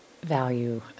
value